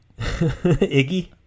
Iggy